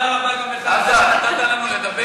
תודה רבה גם לך שנתת לנו לדבר,